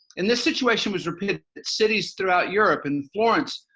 and this situation was repeated in cities throughout europe. in florence,